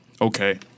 okay